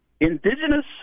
Indigenous